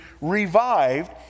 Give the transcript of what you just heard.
revived